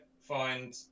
find